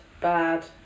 bad